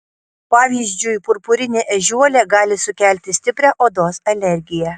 pavyzdžiui purpurinė ežiuolė gali sukelti stiprią odos alergiją